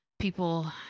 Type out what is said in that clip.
People